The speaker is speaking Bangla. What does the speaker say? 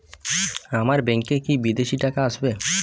আমার ব্যংকে কি বিদেশি টাকা আসবে?